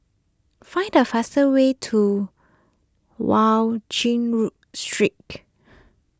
find the fastest way to Road Street